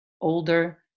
older